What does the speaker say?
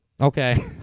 Okay